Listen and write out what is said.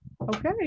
okay